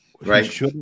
Right